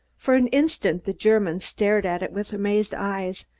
for an instant the german stared at it with amazed eyes,